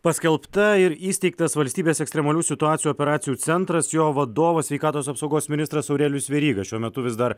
paskelbta ir įsteigtas valstybės ekstremalių situacijų operacijų centras jo vadovas sveikatos apsaugos ministras aurelijus veryga šiuo metu vis dar